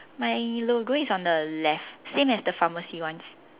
my logo is on the left same as the pharmacy ones